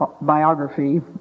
biography